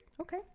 Okay